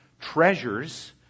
treasures